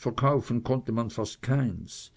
verkaufen konnte man fast keins